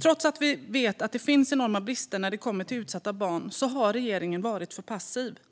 Trots att vi vet att det finns enorma brister när det kommer till utsatta barn har regeringen varit för passiv.